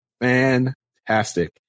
fantastic